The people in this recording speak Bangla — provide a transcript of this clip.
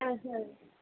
হ্যাঁ হ্যাঁ